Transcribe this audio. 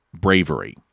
bravery